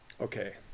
okay